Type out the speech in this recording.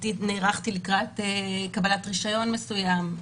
נערכתי לקראת קבלת רישיון מסוים,